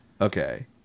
Okay